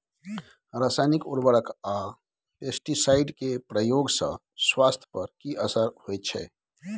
रसायनिक उर्वरक आ पेस्टिसाइड के प्रयोग से स्वास्थ्य पर कि असर होए छै?